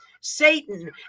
Satan